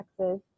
texas